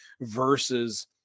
versus